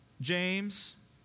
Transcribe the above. James